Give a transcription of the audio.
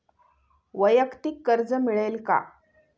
वैयक्तिक कर्ज मिळेल का?